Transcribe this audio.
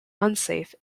unsafe